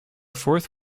fourth